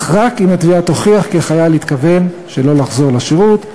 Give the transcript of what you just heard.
אך רק אם התביעה תוכיח כי התכוון שלא לחזור לשירות.